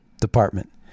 department